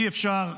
אי-אפשר.